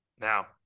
Now